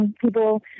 People